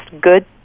good